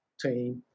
team